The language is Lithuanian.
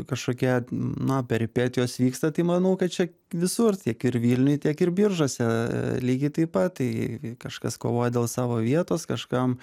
kažkokie na peripetijos vyksta tai manau kad čia visur tiek ir vilniuj tiek ir biržuose lygiai taip pat tai kažkas kovoja dėl savo vietos kažkam